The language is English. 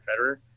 Federer